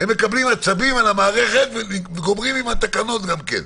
הם מקבלים עצבים על המערכת וגומרים עם התקנות גם כן.